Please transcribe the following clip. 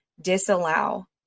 disallow